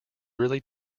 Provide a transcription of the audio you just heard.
really